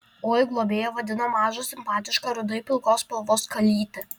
oi globėja vadina mažą simpatišką rudai pilkos spalvos kalytę